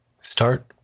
Start